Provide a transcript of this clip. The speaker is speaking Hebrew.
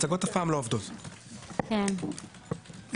טוב,